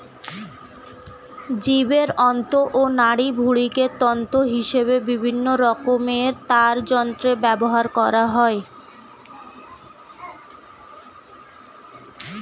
জীবের অন্ত্র ও নাড়িভুঁড়িকে তন্তু হিসেবে বিভিন্ন রকমের তারযন্ত্রে ব্যবহার করা হয়